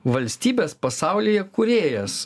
valstybės pasaulyje kūrėjas